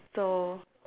so